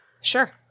Sure